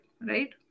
right